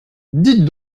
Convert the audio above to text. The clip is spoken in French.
dites